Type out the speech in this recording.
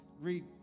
read